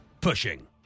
Pushing